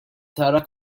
tara